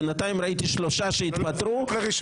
בינתיים ראיתי שלושה שהתפטרו